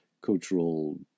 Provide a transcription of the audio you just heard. cultural